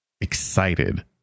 excited